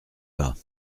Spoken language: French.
pas